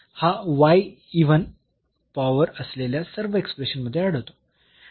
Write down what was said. हा even power असलेल्या सर्व एक्सप्रेशन्स मध्ये आढळतो